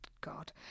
God